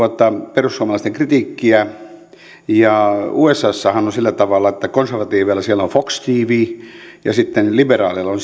perussuomalaisten kritiikkiä usassahan on sillä tavalla että konservatiiveilla siellä on fox tv ja sitten liberaaleilla on